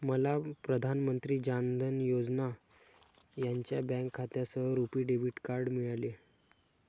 मला प्रधान मंत्री जान धन योजना यांच्या बँक खात्यासह रुपी डेबिट कार्ड मिळाले